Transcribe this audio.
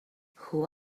who